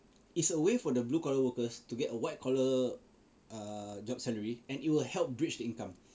it's a way for the blue collar workers to get a white collar err job salary and it will help bridge the income